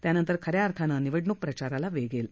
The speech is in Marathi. त्यानंतर खऱ्या अर्थानं निवडणूक प्रचाराला वेग येईल